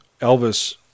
elvis